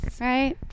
Right